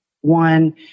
one